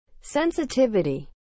sensitivity